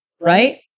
right